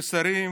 ששרים,